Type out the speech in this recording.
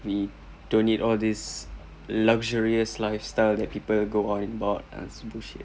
we don't need all this luxurious lifestyle that people go on board ah it's bullshit